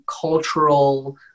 cultural